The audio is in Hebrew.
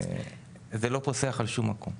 זה לא פוסח על שום מקום.